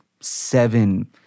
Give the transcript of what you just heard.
seven